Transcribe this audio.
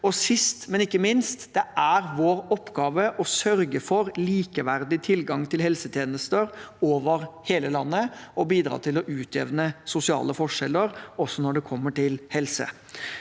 Sist, men ikke minst er det vår oppgave å sørge for likeverdig tilgang til helsetjenester over hele landet og bidra til å utjevne sosiale forskjeller også innen helse.